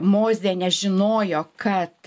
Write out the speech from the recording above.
mozė nežinojo kad